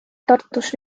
tartus